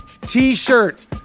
t-shirt